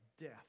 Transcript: death